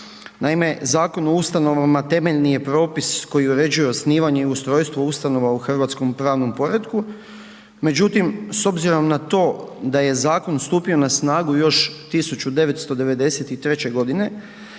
Naime, Zakon o ustanovama temeljni je propis koji uređuje osnivanje i ustrojstvo ustanova u hrvatskom pravnom poretku. Međutim, s obzirom na to da je zakon stupio na snagu još 1993. godine